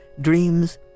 dreams